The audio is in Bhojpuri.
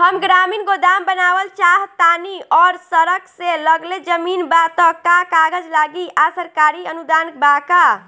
हम ग्रामीण गोदाम बनावल चाहतानी और सड़क से लगले जमीन बा त का कागज लागी आ सरकारी अनुदान बा का?